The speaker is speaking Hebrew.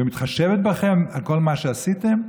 מתחשבת בכם על כל מה שעשיתם?